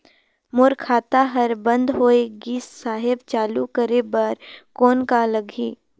मोर खाता हर बंद होय गिस साहेब चालू करे बार कौन का लगही?